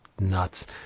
nuts